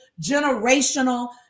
generational